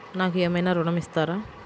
నాకు ఏమైనా ఋణం ఇస్తారా?